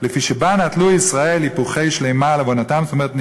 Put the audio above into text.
לפי שבה נטלו ישראל איפוכי שלמה על עוונותיהם" זאת אומרת,